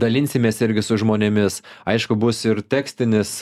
dalinsimės irgi su žmonėmis aišku bus ir tekstinis